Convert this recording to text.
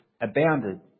abounded